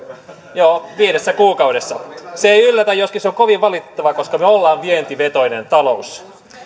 joo viidessä kuukaudessa se ei yllätä joskin se on kovin valitettavaa koska me olemme vientivetoinen talous